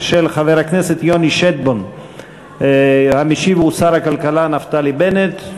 2013. המשיב הוא שר הכלכלה נפתלי בנט.